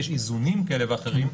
יש איזונים כאלה ואחרים,